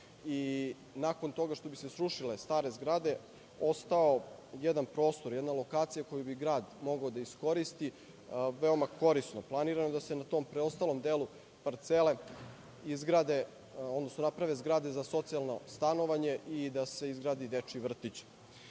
i nakon toga što bi se srušile stare zgrade, ostao jedan prostor, jedna lokacija koju bi grad mogao da iskoristi veoma korisno. Planirano je da se na tom preostalom delu parcele izgrade, odnosno naprave zgrade za socijalno stanovanje i da se izgradi dečiji